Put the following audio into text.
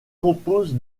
compose